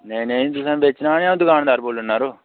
नेईं नेईं तुसें बेचना ऐ तां अ'ऊं दकानदार बोल्लै ना जरो